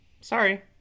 sorry